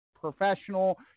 professional